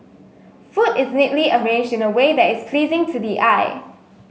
food is neatly arranged in a way that is pleasing to the eye